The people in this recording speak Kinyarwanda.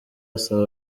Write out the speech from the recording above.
asaba